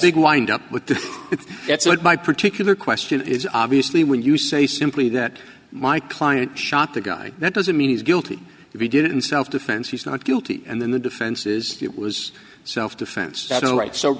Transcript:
big wind up with the that's what my particular question is obviously when you say simply that my client shot the guy that doesn't mean he's guilty that he did it in self defense he's not guilty and then the defense is it was self defense